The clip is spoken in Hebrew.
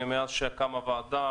מאז שקמה הוועדה,